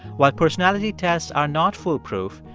while personality tests are not foolproof,